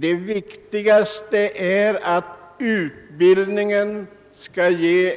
Det viktiga är ju att utbildningen ger